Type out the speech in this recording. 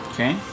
Okay